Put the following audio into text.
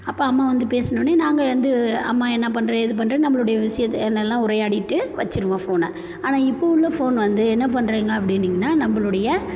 அப்போ அம்மா வந்து பேசுனோன்னே நாங்கள் வந்து அம்மா என்ன பண்ணுற ஏது பண்ணுறன்னு நம்மளுடைய விஷயத்த என்னலாம் உரையாடிகிட்டு வச்சுடுவோம் ஃபோனே ஆனால் இப்போ உள்ள ஃபோன் வந்து என்ன பண்ணுறிங்க அப்படின்னிங்கன்னா நம்மளுடைய